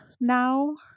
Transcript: now